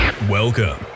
Welcome